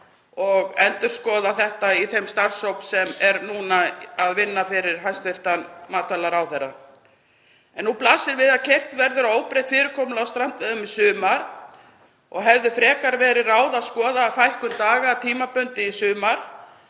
og endurskoða þetta í þeim starfshópi sem er núna að vinna fyrir hæstv. matvælaráðherra. En nú blasir við að keyrt verður óbreytt fyrirkomulag á strandveiðum í sumar og hefði frekar verið ráð að skoða fækkun daga tímabundið í sumar